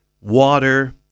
water